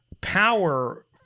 power